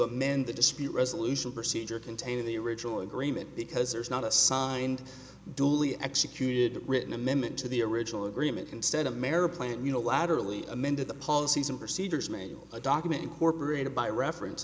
amend the dispute resolution procedure containing the original agreement because there is not a signed duly executed written amendment to the original agreement instead of merit plan unilaterally amended the policies and procedures made a document incorporated by reference